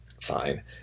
fine